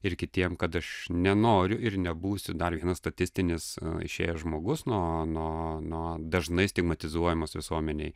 ir kitiem kad aš nenoriu ir nebūsiu dar vienas statistinis išėjęs žmogus nuo nuo nuo dažnai stigmatizuojamos visuomenei